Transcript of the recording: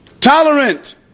tolerant